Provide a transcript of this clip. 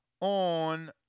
on